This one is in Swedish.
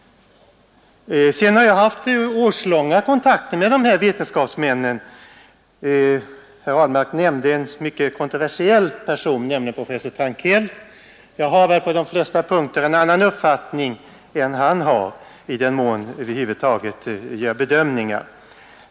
Vidare har jag haft årslånga kontakter med de här vetenskapsmännen. Herr Ahlmark nämnde en mycket kontroversiell person, nämligen professor Trankell. Jag har på de flesta punkter en annan mening än han har, i den mån vi över huvud taget gör bedömningar.